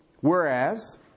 Whereas